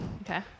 Okay